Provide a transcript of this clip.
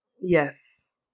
yes